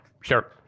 Sure